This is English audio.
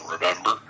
remember